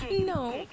No